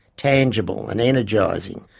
tangible and energising,